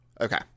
Okay